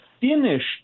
finished